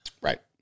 Right